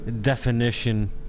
definition